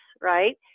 right